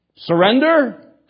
Surrender